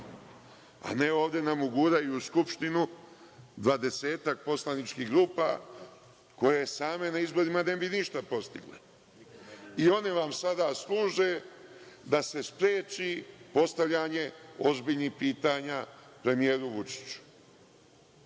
a ne ovde nam uguraju u Skupštinu dvadesetak poslaničkih grupa koje same na izborima ne bi ništa postigle, i oni vam sada služe da se spreči postavljanje ozbiljnih pitanja premijeru Vučiću. Mi